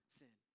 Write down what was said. sin